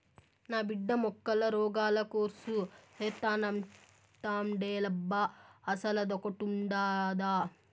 నా బిడ్డ మొక్కల రోగాల కోర్సు సేత్తానంటాండేలబ్బా అసలదొకటుండాదా